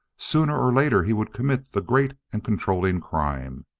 sooner or later he would commit the great and controlling crime.